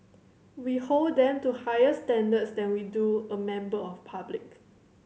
we hold them to higher standards than we do a member of public